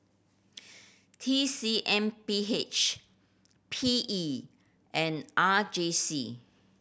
T C M B H P E and R J C